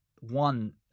one